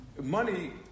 money